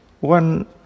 One